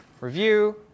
Review